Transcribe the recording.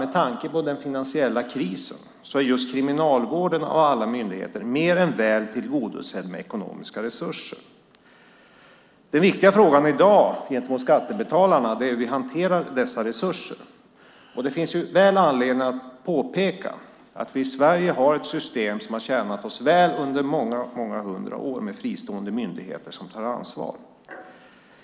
Med tanke på den finansiella krisen är just Kriminalvården av alla myndigheter mer än väl tillgodosedd med ekonomiska resurser. Den viktiga frågan i dag gentemot skattebetalarna är hur vi hanterar dessa resurser. Det finns goda anledningar att påpeka att vi i Sverige har ett system som har tjänat oss väl under många hundra år, med fristående myndigheter som tar ansvar.